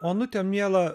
onutę mielą